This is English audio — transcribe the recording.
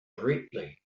directly